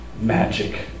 magic